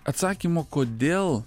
atsakymo kodėl